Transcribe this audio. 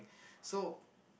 so